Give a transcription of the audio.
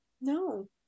No